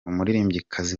umuririmbyikazi